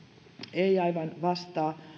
ei aivan vastaa